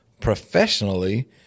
professionally